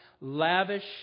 Lavish